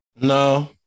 No